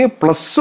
plus